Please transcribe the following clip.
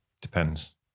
depends